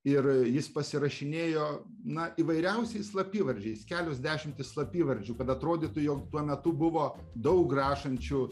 ir jis pasirašinėjo na įvairiausiais slapyvardžiais kelios dešimtys slapyvardžių kad atrodytų jog tuo metu buvo daug rašančių